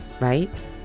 right